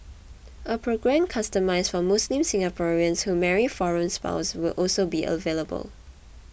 a programme customised for Muslim Singaporeans who marry foreign spouses will also be available